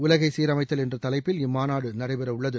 உலகை சீர்மைத்தல் என்ற தலைப்பில் இம்மாநாடு நடைபெற உள்ளது